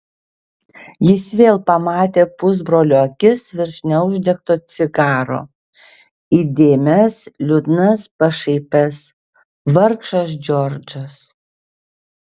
jis vėl pamatė pusbrolio akis virš neuždegto cigaro įdėmias liūdnas pašaipias vargšas džordžas